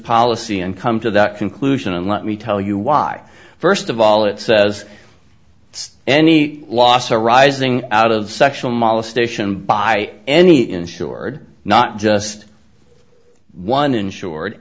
policy and come to the conclusion and let me tell you why first of all it says any loss arising out of sexual molestation by any insured not just one insured